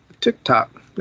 TikTok